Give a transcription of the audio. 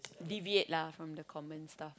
deviate lah from the common stuff